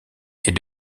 est